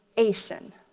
ation.